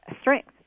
strength